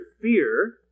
fear